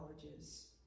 colleges